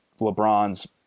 LeBron's